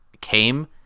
came